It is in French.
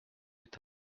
est